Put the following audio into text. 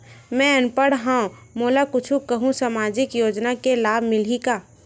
मैं अनपढ़ हाव मोला कुछ कहूं सामाजिक योजना के लाभ मिलही का?